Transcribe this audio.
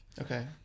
Okay